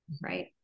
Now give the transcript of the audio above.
Right